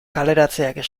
kaleratzeak